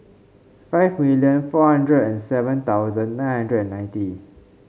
five million four hundred and seven thousand nine hundred and ninety